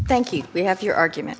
thank you we have your argument